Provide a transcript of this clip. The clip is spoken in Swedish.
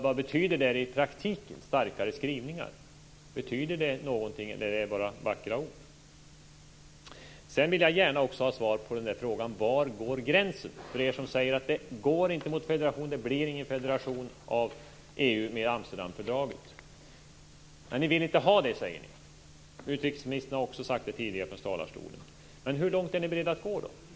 Vad betyder starkare skrivningar i praktiken? Betyder det någonting, eller är det bara vackra ord? Sedan vill jag gärna ha svar på frågan om var gränsen går. Ni säger att det inte går mot en federation; det blir ingen federation av EU i och med Amsterdamfördraget. Ni vill inte ha det, säger ni. Utrikesministern har också sagt det tidigare från talarstolen. Men hur långt är ni beredda att gå?